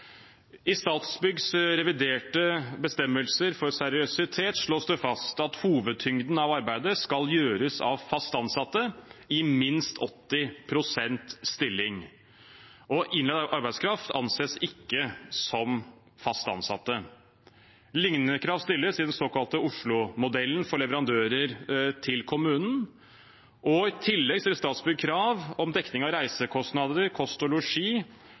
I Statsbyggs reviderte bestemmelser for seriøsitet slås det fast at hovedtyngden av arbeidet skal gjøres av fast ansatte i minst 80 pst. stilling. Innleid arbeidskraft anses ikke som fast ansatte. Lignende krav stilles i den såkalte Oslomodellen for leverandører til kommunen. I tillegg stiller Statsbygg krav om dekning av reisekostnader, kost og losji